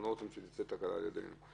אנחנו לא רוצים שתצא תקלה תחת ידינו.